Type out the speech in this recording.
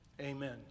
amen